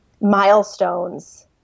milestones